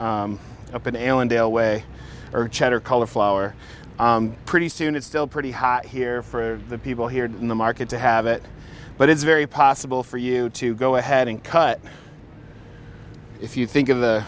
open allendale way or cheddar cauliflower pretty soon it's still pretty hot here for the people here in the market to have it but it's very possible for you to go ahead and cut if you think of the